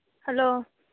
hello